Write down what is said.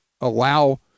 allow